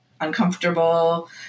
uncomfortable